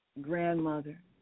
grandmother